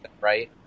right